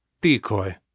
Decoy